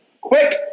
Quick